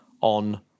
on